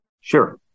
Sure